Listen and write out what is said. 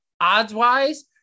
odds-wise